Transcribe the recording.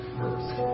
first